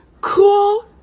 cool